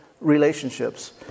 relationships